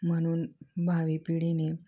म्हणून भावी पिढीने